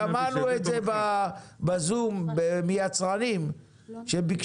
אנחנו שמענו את זה בזום מיצרנים שביקשו.